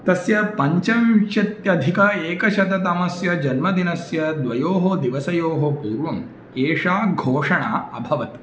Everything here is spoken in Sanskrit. तस्य पञ्चविंशत्यधिक एकशततमस्य जन्मदिनस्य द्वयोः दिवसयोः पूर्वम् एषा घोषणा अभवत्